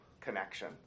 connection